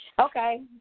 Okay